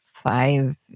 five